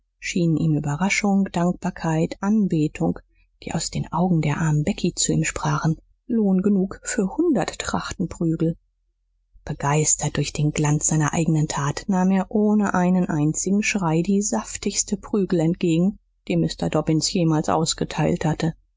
schienen ihm überraschung dankbarkeit anbetung die aus den augen der armen becky zu ihm sprachen lohn genug für hundert trachten prügel begeistert durch den glanz seiner eigenen tat nahm er ohne einen einzigen schrei die saftigsten prügel entgegen die mr dobbins jemals ausgeteilt hatte